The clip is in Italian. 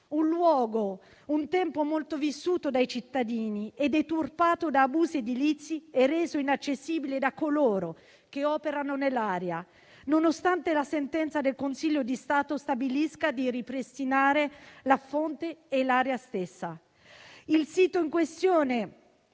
un luogo un tempo molto vissuto dai cittadini, deturpato da abusi edilizi e reso inaccessibile da coloro che operano nell'area, nonostante la sentenza del Consiglio di Stato stabilisca di ripristinare la fonte e l'area stessa. Il sito in questione